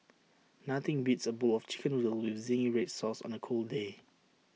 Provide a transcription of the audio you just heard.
nothing beats A bowl of Chicken Noodles with Zingy Red Sauce on A cold day